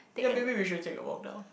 ya maybe we should take a walk down